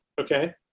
Okay